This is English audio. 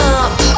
up